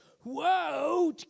Whoa